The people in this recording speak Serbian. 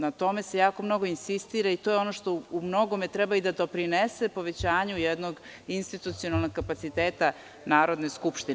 Na tome se jako mnogo insistira i to je ono što o mnogome treba da doprinese povećanju jednog institucionalnog kapaciteta Narodne skupštine.